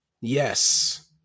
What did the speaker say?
Yes